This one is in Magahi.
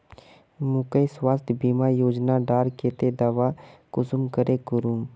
मुई स्वास्थ्य बीमा योजना डार केते दावा कुंसम करे करूम?